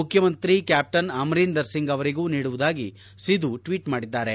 ಮುಖ್ಡಮಂತ್ರಿ ಕ್ಟಾಪ್ಟನ್ ಅಮರೀಂದರ್ ಸಿಂಗ್ ಅವರಿಗೂ ನೀಡುವುದಾಗಿ ಸಿಧು ಟ್ಟೀಟ್ ಮಾಡಿದ್ದಾರೆ